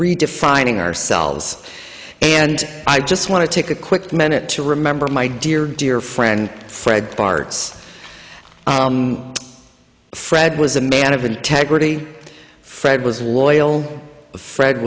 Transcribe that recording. redefining ourselves and i just want to take a quick minute to remember my dear dear friend fred bart's fred was a man of integrity fred was loyal fred